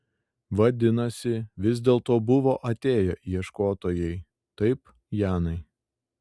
vadinasi vis dėlto buvo atėję ieškotojai taip janai